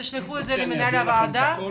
תשלחו את זה למנהלת הוועדה,